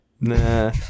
nah